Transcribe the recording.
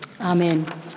Amen